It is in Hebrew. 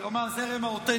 לא מהזרם האותנטי.